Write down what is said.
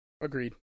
Agreed